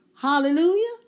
Hallelujah